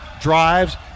drives